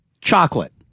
Chocolate